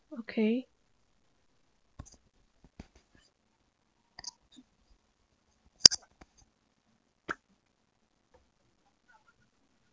okay